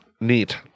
Neat